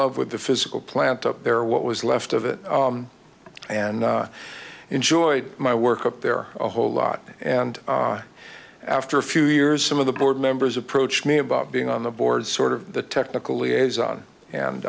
love with the physical plant up there what was left of it and i enjoyed my work up there a whole lot and after a few years some of the board members approached me about being on the board sort of technically is on